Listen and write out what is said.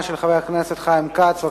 של חבר הכנסת חיים כץ, קריאה ראשונה.